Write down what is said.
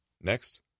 Next